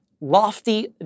Lofty